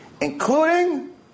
including